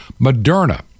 Moderna